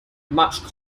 much